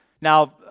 Now